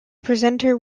presenter